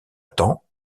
temps